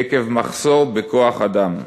עקב מחסור בכוח-אדם.